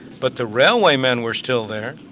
but the railway men were still there.